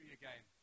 again